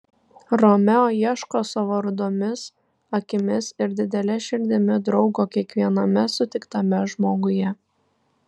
romeo ieško savo rudomis akimis ir didele širdimi draugo kiekviename sutiktame žmoguje